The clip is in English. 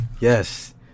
Yes